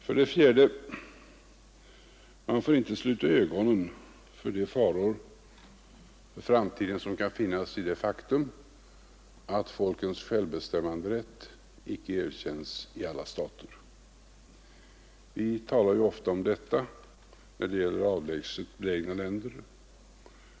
För det fjärde får man inte sluta ögonen för de faror för framtiden som kan finnas i det faktum att folkens självbestämmanderätt icke erkänts i alla stater. Vi talar ju ofta om detta när det gäller avlägset belägna länder.